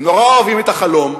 הם נורא אוהבים את החלום,